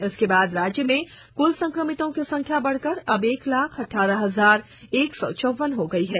इसके बाद राज्य में कुल संक्रमितों की संख्या बढ़कर अब एक लाख अठारह हजार एक सौ चौवन हो गई है